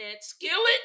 skillet